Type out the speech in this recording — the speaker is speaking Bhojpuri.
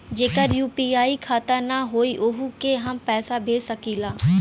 जेकर यू.पी.आई खाता ना होई वोहू के हम पैसा भेज सकीला?